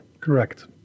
Correct